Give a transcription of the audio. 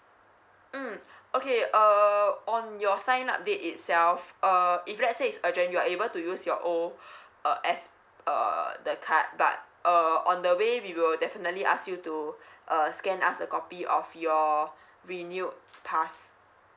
mm okay uh on your sign up day itself uh if let say it's urgent you are able to use your O uh S err the card but uh on the way we will definitely ask you to uh scan us a copy of your renewed pass